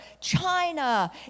China